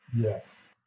yes